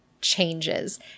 changes